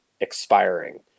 expiring